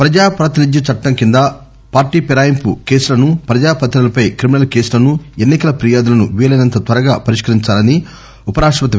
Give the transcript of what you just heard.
ప్రజా ప్రాతినిధ్యం చట్టం కింద పార్లీ ఫిరాయింపు కేసులను ప్రజా ప్రతినిదులపై క్రిమినల్ కేసులను ఎన్ని కల ఫిర్యాదులను వీలైనంత త్వరగా పరిష్కరించాలని ఉప రాష్టప్రతి ఎం